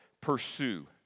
pursue